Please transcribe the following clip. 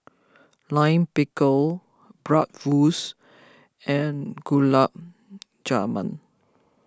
Lime Pickle Bratwurst and Gulab Jamun